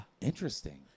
Interesting